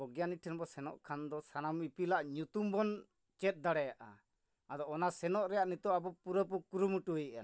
ᱵᱚᱭᱜᱟᱱᱤᱠ ᱴᱷᱮᱱ ᱵᱚᱱ ᱥᱮᱱᱚᱜ ᱠᱷᱟᱱ ᱫᱚ ᱥᱟᱱᱟᱢ ᱤᱯᱤᱞᱟᱜ ᱧᱩᱛᱩᱢ ᱵᱚᱱ ᱪᱮᱫ ᱫᱟᱲᱮᱭᱟᱜᱼᱟ ᱟᱫᱚ ᱚᱱᱟ ᱥᱮᱱᱚᱜ ᱨᱮᱭᱟᱜ ᱱᱤᱛᱚᱜ ᱟᱵᱚ ᱯᱩᱨᱟᱹᱠᱩ ᱠᱩᱨᱩᱢᱩᱴᱩᱭᱮᱜᱼᱟ ᱱᱟᱦᱟᱜ